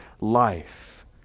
life